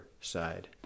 side